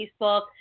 Facebook